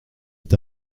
est